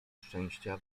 szczęścia